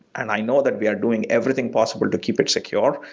and i know that we are doing everything possible to keep it secured.